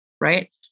Right